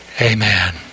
Amen